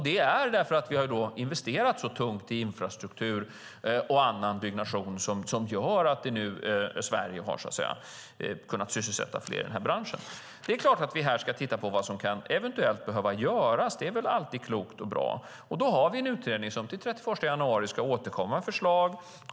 Det beror på att vi har investerat så tungt i infrastruktur och annan byggnation att Sverige nu har kunnat sysselsätta fler i den branschen. Det är klart att vi ska titta på vad som eventuellt kan behöva göras. Det är väl alltid klokt och bra. Då har vi en utredning som till den 31 januari ska återkomma med förslag.